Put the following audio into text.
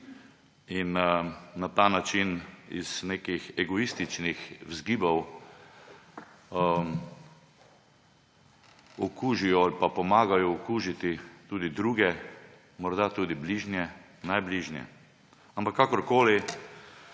in na ta način iz nekih egoističnih vzgibov okužijo ali pa pomagajo okužiti tudi druge, morda tudi bližnje, najbližnje. Ampak kakorkoli,